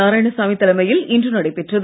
நாராயணசாமி தலைமையில் இன்று நடைபெற்றது